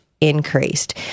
increased